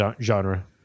genre